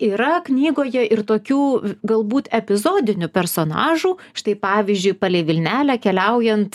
yra knygoje ir tokių galbūt epizodinių personažų štai pavyzdžiui palei vilnelę keliaujant